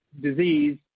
disease